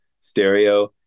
stereo